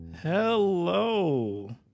Hello